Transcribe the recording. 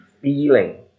feeling